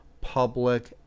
Public